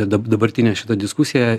dab dabartinę šitą diskusiją